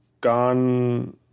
gone